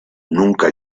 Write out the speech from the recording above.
nunca